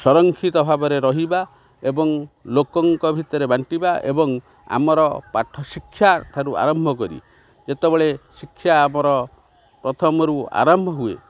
ସଂରକ୍ଷିତ ଭାବରେ ରହିବା ଏବଂ ଲୋକଙ୍କ ଭିତରେ ବାଣ୍ଟିବା ଏବଂ ଆମର ପାଠ ଶିକ୍ଷା ଠାରୁ ଆରମ୍ଭ କରି ଯେତେବେଳେ ଶିକ୍ଷା ଆମର ପ୍ରଥମରୁ ଆରମ୍ଭ ହୁଏ